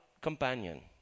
companion